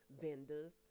vendors